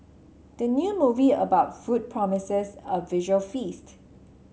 the new movie about food promises a visual feast